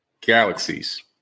galaxies